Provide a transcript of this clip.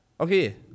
Okay